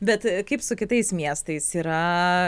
bet kaip su kitais miestais yra